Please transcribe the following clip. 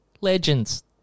Legends